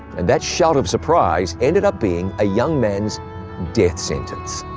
and that shout of surprise ended up being a young man's death sentence.